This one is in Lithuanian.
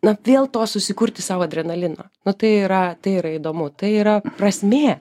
na vėl to susikurti sau adrenalino nu tai yra tai yra įdomu tai yra prasmė